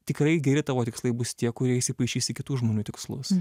tikrai geri tavo tikslai bus tie kurie įsipaišys į kitų žmonių tikslus